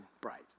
bright